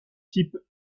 type